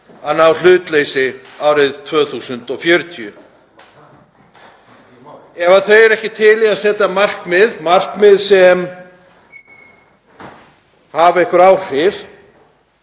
að ná hlutleysi árið 2040. Ef þau eru ekki til í að setja markmið sem hafa einhver áhrif